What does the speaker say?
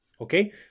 okay